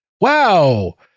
wow